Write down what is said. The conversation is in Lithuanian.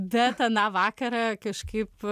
bet aną vakarą kažkaip